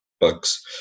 bugs